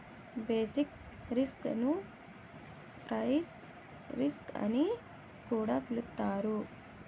basic risk ను price risk అని కూడా పిలుత్తారు